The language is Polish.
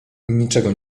niczego